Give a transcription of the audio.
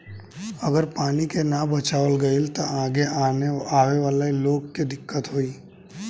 अगर पानी के ना बचावाल गइल त आगे आवे वाला लोग के दिक्कत होई